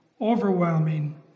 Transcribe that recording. overwhelming